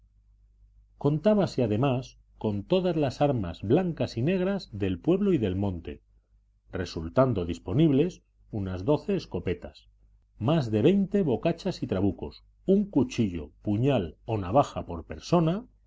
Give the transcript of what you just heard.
contábase además con todas las armas blancas y negras del pueblo y del monte resultando disponibles unas doce escopetas más de veinte bocachas y trabucos un cuchillo puñal o navaja por persona